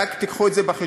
רק תביאו את זה בחשבון,